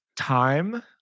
time